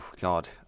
God